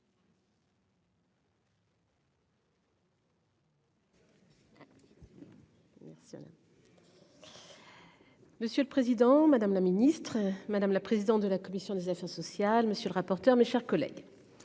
Monsieur le président, madame la ministre, madame la présidente de la commission des affaires sociales. Monsieur le rapporteur. Mes chers collègues.